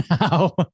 now